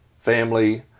family